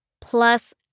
Plus